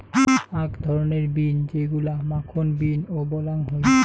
আক ধরণের বিন যেইগুলা মাখন বিন ও বলাং হই